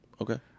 Okay